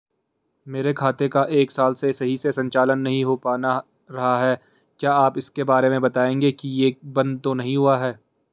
मेरे खाते का एक साल से सही से संचालन नहीं हो पाना रहा है क्या आप इसके बारे में बताएँगे कि ये बन्द तो नहीं हुआ है?